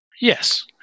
Yes